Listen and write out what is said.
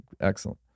excellent